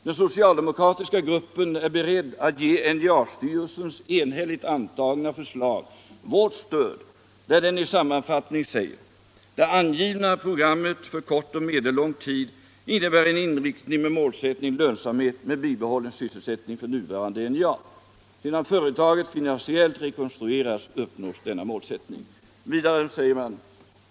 Den socialdemokratiska gruppen är beredd att ge NJA-styrelsens enhälligt antagna förslag vårt stöd. där den i sammanfattning säger: ”Det angivna programmet för kort och medellång tid innebär en inriktning med målsättning lönsamhet med bibehållen sysselsättning för nuvarande NJA. Sedan företaget finansiellt rekonstruerats uppnås denna målsättning —--.